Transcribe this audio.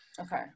Okay